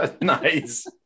Nice